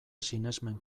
sinesmen